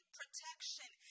protection